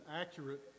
accurate